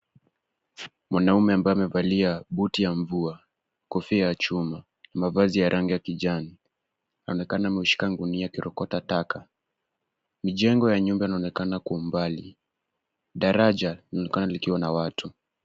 Mwanaume ambaye amevalia buti ya mvua , kofia ya chuma, mavazi ya rangi ya kijani anaonekana ameshika gunia akirokota taka. Mijengo ya nyumba inaonekana kwa umbali daraja linaonekana likiwa na watu.